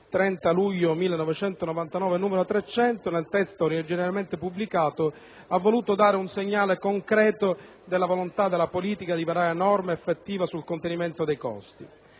30 luglio 1999, n. 300, nel testo originariamente pubblicato, ha voluto dare un segnale concreto della volontà della politica di varare norme effettive sul contenimento dei costi.